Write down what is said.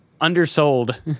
undersold